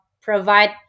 provide